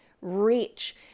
reach